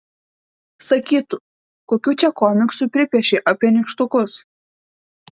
sakytų kokių čia komiksų pripiešei apie nykštukus